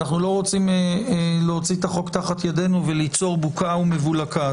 אנחנו לא רוצים להוציא את החוק תחת ידינו וליצור בוקה ומבולקה.